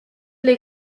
les